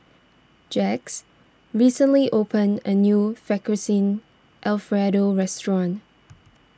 Jacques recently opened a new Fettuccine Alfredo restaurant